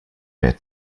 mehr